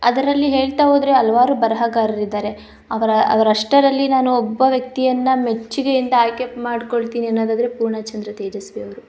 ಅದ್ರಲ್ಲಿ ಹೇಳ್ತಾ ಹೋದ್ರೆ ಹಲ್ವಾರು ಬರಹಗಾರರು ಇದ್ದಾರೆ ಅವರ ಅವ್ರಷ್ಟರಲ್ಲಿ ನಾನು ಒಬ್ಬ ವ್ಯಕ್ತಿಯನ್ನು ಮೆಚ್ಚಿಗೆಯಿಂದ ಆಯ್ಕೆ ಮಾಡ್ಕೊಳ್ತೀನಿ ಅನ್ನೋದಾದ್ರೆ ಪೂರ್ಣಚಂದ್ರ ತೇಜಸ್ವಿಯವರು